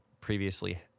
previously